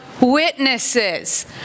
witnesses